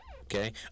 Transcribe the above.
Okay